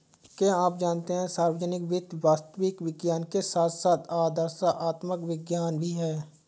क्या आप जानते है सार्वजनिक वित्त वास्तविक विज्ञान के साथ साथ आदर्शात्मक विज्ञान भी है?